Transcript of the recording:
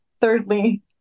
thirdly